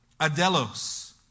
Adelos